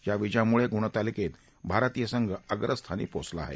या विजयामुळे गुणतालिकेत भारतीय संघ अग्रस्थानी पोहचला आहे